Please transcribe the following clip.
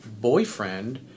boyfriend